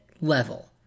level